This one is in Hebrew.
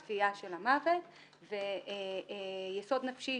צפייה של המוות ויסוד נפשי,